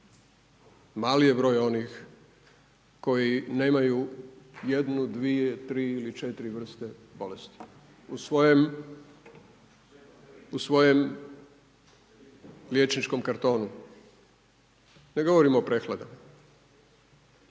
mali je broj onih koji nemaju jednu, dvije, tri ili četiri vrste bolesti u svojem liječničkom kartonu. Ne govorimo o prehladama.